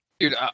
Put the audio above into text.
Dude